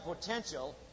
potential